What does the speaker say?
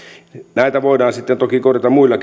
näitä voidaan sitten toki korjata muilla